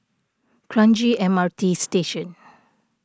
Kranji M R T Station